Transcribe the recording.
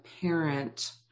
parent